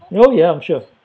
oh ya I'm sure